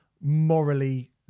morally